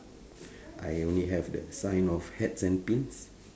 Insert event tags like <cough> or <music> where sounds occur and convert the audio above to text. <breath> I only have the sign of hats and pins